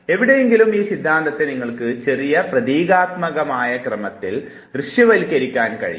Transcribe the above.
എവിടെയെങ്കിലും ഈ സിദ്ധാന്തത്തെ നിങ്ങൾക്ക് ചെറിയ പ്രതീകാത്മക ക്രമത്തിൽ ദൃശ്യവൽക്കരിക്കാൻ കഴിയും